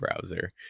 browser